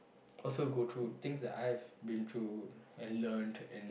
also go through things that I have been through and learnt and